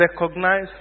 recognize